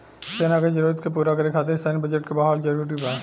सेना के जरूरत के पूरा करे खातिर सैन्य बजट के बढ़ावल जरूरी बा